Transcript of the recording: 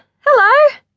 Hello